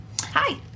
Hi